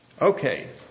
Okay